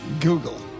Google